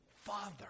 Father